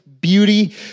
beauty